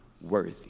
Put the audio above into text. worthy